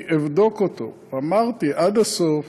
אבדוק אותו, אמרתי, עד הסוף.